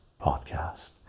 podcast